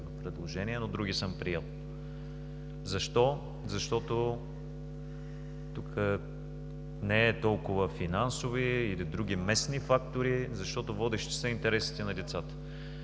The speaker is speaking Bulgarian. предложения, но други съм приел. Защо? Защото тук са не толкова финансови или други местни фактори, водещи са интересите на децата.